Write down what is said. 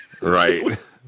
Right